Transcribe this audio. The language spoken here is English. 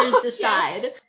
decide